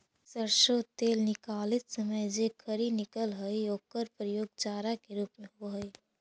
सरसो तेल निकालित समय जे खरी निकलऽ हइ ओकर प्रयोग चारा के रूप में होवऽ हइ